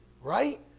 right